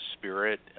spirit